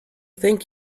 thank